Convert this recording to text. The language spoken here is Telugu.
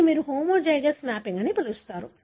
దీనిని మీరు హోమోజైగస్ మ్యాపింగ్ అని పిలుస్తారు